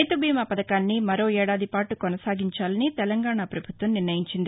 రైతుబీమా పథకాన్ని మరో ఏడాది పాటు కొనసాగించాలని తెలంగాణ ప్రభుత్వం నిర్ణయించింది